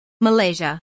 Malaysia